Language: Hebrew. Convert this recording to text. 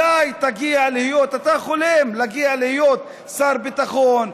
אתה חולם להיות שר ביטחון.